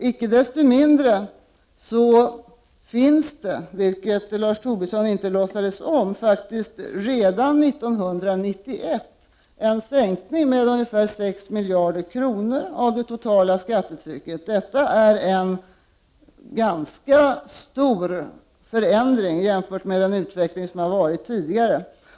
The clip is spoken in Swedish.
Icke desto mindre kommer det faktiskt, vilket Lars Tobisson inte låtsades om, att redan 1991 bli en sänkning av det totala skattetrycket med ungefär 6 miljarder kronor. Det är en ganska stor förändring i jämförelse med den tidigare utvecklingen.